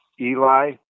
Eli